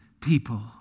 people